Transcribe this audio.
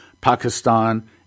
Pakistan